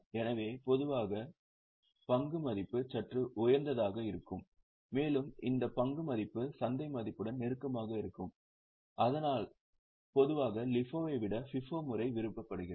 எனவே பொதுவாக பங்கு மதிப்பு சற்று உயர்ந்ததாக இருக்கும் மேலும் இந்த பங்கு மதிப்பு சந்தை மதிப்புடன் நெருக்கமாக இருக்கும் அதனால்தான் பொதுவாக LIFO ஐ விட FIFO முறை விரும்பப்படுகிறது